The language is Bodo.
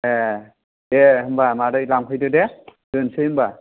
ए दे होनबा मादै लांफैदो दे दोनसै होनबा